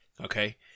Okay